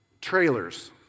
trailers